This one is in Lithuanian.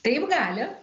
taip gali